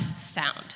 sound